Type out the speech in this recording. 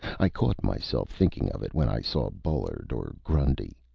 i caught myself thinking of it when i saw bullard or grundy.